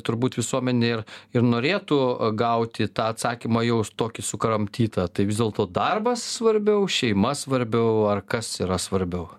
turbūt visuomenė ir ir norėtų gauti tą atsakymą jau tokį sukramtytą tai vis dėlto darbas svarbiau šeima svarbiau ar kas yra svarbiau